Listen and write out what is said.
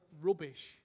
Rubbish